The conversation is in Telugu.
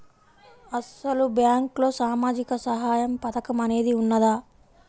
అసలు బ్యాంక్లో సామాజిక సహాయం పథకం అనేది వున్నదా?